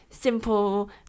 simple